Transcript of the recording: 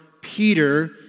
Peter